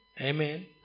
Amen